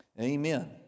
Amen